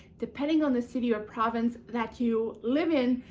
depending on the city or province that you live in,